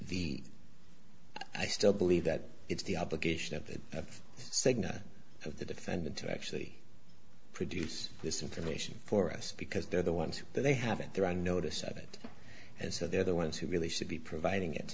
the i still believe that it's the obligation of the cigna of the defendant to actually produce this information for us because they're the ones who they haven't they're on notice of it and so they're the ones who really should be providing it